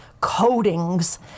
coatings